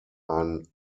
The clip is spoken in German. ein